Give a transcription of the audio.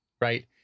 Right